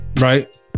right